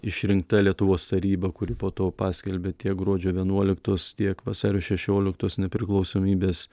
išrinkta lietuvos taryba kuri po to paskelbė tiek gruodžio vienuoliktos tiek vasario šešioliktos nepriklausomybės